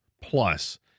plus